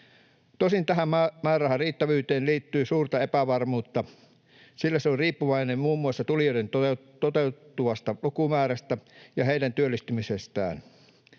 Tosin tähän määrärahan riittävyyteen liittyy suurta epävarmuutta, sillä se on riippuvainen muun muassa tulijoiden toteutuvasta lukumäärästä ja heidän työllistymisestään.